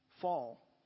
fall